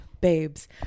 babes